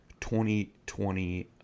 2020